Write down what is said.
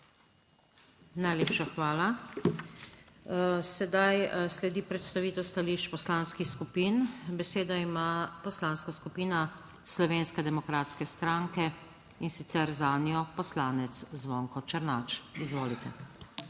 Najlepša hvala. Sedaj sledi predstavitev stališč poslanskih skupin. Besedo ima Poslanska skupina Slovenske demokratske stranke, in sicer zanjo poslanec Zvonko Černač. Izvolite.